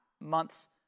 month's